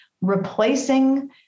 replacing